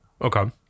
Okay